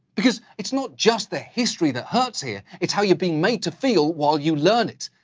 because it's not just the history that hurts here. it's how you've been made to feel while you learn it.